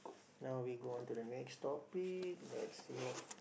now we go on to the next topic let's see what